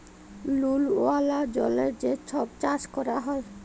লুল ওয়ালা জলে যে ছব চাষ ক্যরা হ্যয়